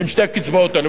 בין שתי הקצבאות האלה.